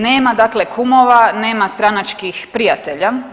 Nema dakle kumova, nema stranačkih prijatelja.